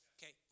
Okay